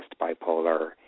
bipolar